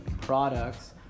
products